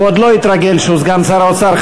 הוא עוד לא התרגל שהוא סגן שר האוצר.